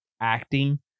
acting